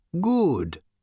Good